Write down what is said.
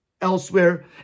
elsewhere